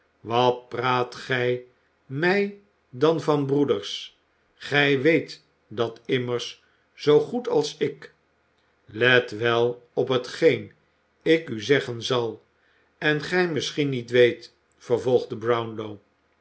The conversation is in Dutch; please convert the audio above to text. wat praat gij mij dan van broeders gij weet dat immers zoo goed als ik let wel op hetgeen ik u zeggen zal en gij misschien niet weet vervolgde brownlow